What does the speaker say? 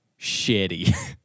shitty